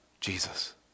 Jesus